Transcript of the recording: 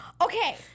Okay